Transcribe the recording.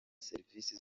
serivise